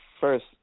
first